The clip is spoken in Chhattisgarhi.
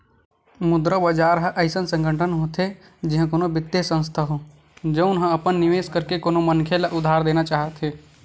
मुद्रा बजार ह अइसन संगठन होथे जिहाँ कोनो बित्तीय संस्थान हो, जउन ह अपन निवेस करके कोनो मनखे ल उधार देना चाहथे